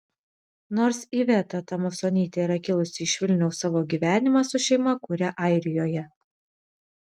nors iveta tumasonytė yra kilusi iš vilniaus savo gyvenimą su šeima kuria airijoje